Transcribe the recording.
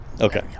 Okay